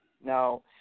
Now